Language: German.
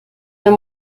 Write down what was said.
mehr